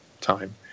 time